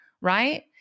right